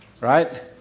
right